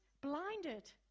blinded